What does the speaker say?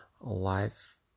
life